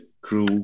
crew